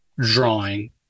drawing